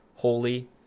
holy